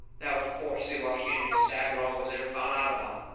that was before siwash injun sagraw was ever found out about.